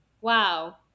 wow